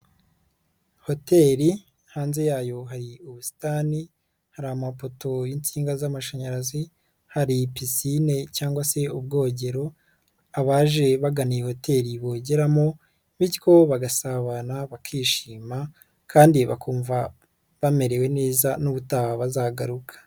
Hoteli hanze yayo hari ubusitani, hari amapoto y'insinga z'amashanyarazi, hari pisine cyangwa se ubwogero abaje bagana hoteli bogeramo bityo bagasabana bakishima kandi bakumva bamerewe neza n'ubutaha bazagaruke.